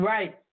Right